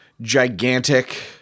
gigantic